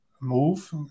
move